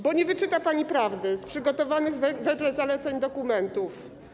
Bo nie wyczyta pani prawdy z przygotowanych wedle zaleceń dokumentów.